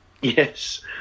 Yes